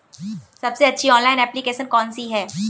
सबसे अच्छी online application कौन सी है?